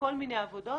כל מיני עבודות,